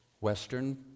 Western